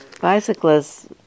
bicyclists